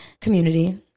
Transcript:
community